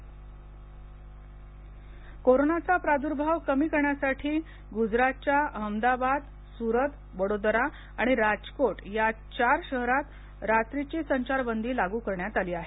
गुजरात संचारबंदी कोरोनाचा प्रादुर्भाव कमी करण्यासाठी गुजरातच्या अहमदाबाद सुरत वडोदरा आणि राजकोट या चार शहरात रात्रीची संचारबंदी लागू करण्यात आली आहे